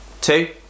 Two